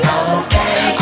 okay